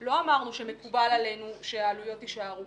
לא אמרנו שמקובל עלינו שהעלויות יישארו